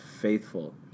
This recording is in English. faithful